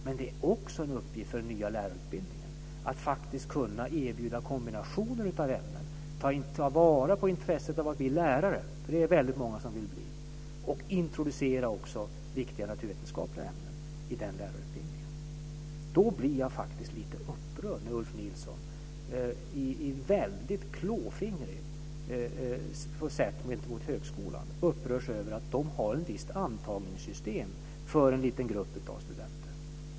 Men det är också en uppgift för den nya lärarutbildningen att faktiskt kunna erbjuda kombinationer av ämnen, ta vara på intresset av att bli lärare, för det är väldigt många som vill bli, och introducera viktiga naturvetenskapliga ämnen i lärarutbildningen. Då blir jag lite upprörd när Ulf Nilsson på ett väldigt klåfingrigt sätt gentemot högskolan upprör sig över att de har ett visst antagningssystem för en liten grupp av studenter.